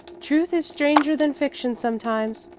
truth is stranger than fiction sometimes,